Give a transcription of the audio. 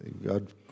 God